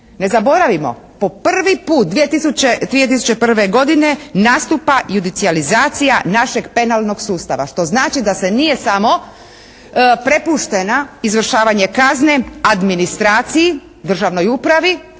Ne zaboravimo po prvi puta 2001. godine nastupa judicijalizacija našeg penalnog sustava što znači da se nije samo prepuštena izvršavanje kazne administraciji, državnoj upravi